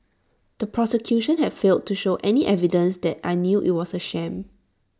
the prosecution has failed to show any evidence that I knew IT was A sham